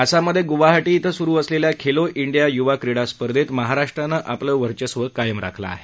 आसाममधे गुवाहाटी इथं सुरु असलेल्या खेलो इंडिया युवा क्रीडा स्पर्धेत महाराष्ट्रानं आपलं वर्चस्व कायम राखलं आहे